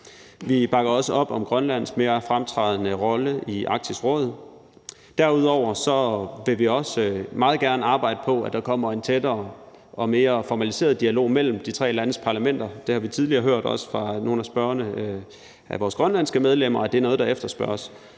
Vi bakker også op om Grønlands mere fremtrædende rolle i Arktisk Råd. Derudover vil vi også meget gerne arbejde på, at der kommer en tættere og mere formaliseret dialog mellem de tre landes parlamenter. Det har vi tidligere hørt også fra nogle af spørgerne, nemlig vores grønlandske medlemmer, er noget, der efterspørges.